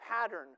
pattern